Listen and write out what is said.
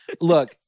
Look